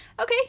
Okay